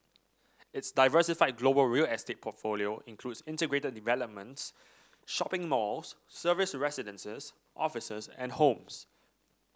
its diversified global real estate portfolio includes integrated developments shopping malls serviced residences offices and homes